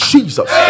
Jesus